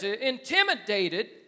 intimidated